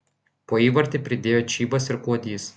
po įvartį pridėjo čybas ir kuodys